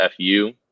Fu